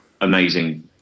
amazing